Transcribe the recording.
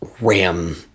ram